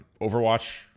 Overwatch